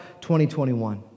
2021